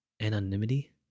anonymity